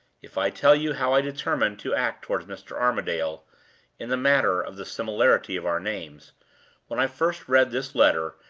if i tell you how i determined to act toward mr. armadale in the matter of the similarity of our names when i first read this letter,